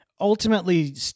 ultimately